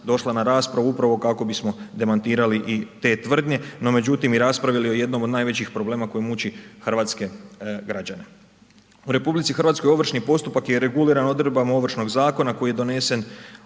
došla na raspravu upravo kako bismo demantirali i te tvrdnje, no međutim, i raspravili o jednom od najvećih problema koji muči hrvatske građane. U RH ovršni postupak je reguliran odredbama Ovršnog zakona koji je donesen